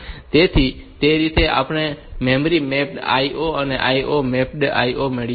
તેથી તે રીતે આપણે મેમરી મેપ્ડ IO અને IO મેપ્ડ IO મેળવ્યા છે